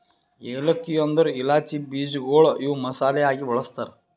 ಏಲಕ್ಕಿ ಅಂದುರ್ ಇಲಾಚಿ ಬೀಜಗೊಳ್ ಇವು ಮಸಾಲೆ ಆಗಿ ಬಳ್ಸತಾರ್